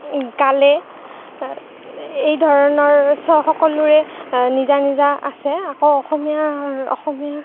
গালে এইধৰণৰ সকলোৰে নিজা নিজা আছে আকৌ অসমীয়া অসমীয়া